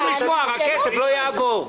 אתם לא צריכים לשמוע, אתם יכולים ללכת.